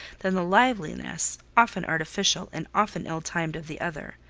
than the liveliness often artificial, and often ill-timed of the other.